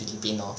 filipino